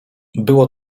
było